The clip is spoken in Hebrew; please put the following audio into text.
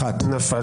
הצבעה לא אושרה נפל.